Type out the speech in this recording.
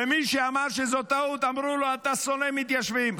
ומי שאמר שזו טעות, אמרו לו: אתה שונא מתיישבים.